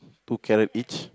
two carrot each